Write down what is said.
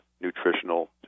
nutritional